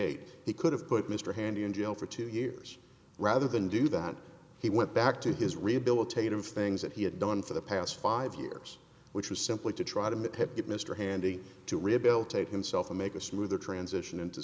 eight he could have put mr handy in jail for two years rather than do that he went back to his rehabilitative things that he had done for the past five years which was simply to try to get mr handy to rehabilitate himself and make a smoother transition into